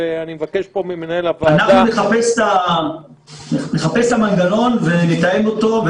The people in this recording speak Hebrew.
ואני מבקש פה ממנהל הוועדה --- נחפש את המנגנון ונתאם אותו,